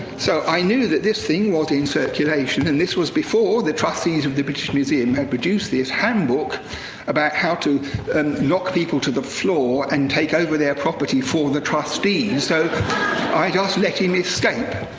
so i knew that this thing was in circulation and this was before the trustees of the british museum had produced this handbook about how to and knock people to the floor and take over their property for the trustees, so i just let him escape.